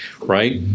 right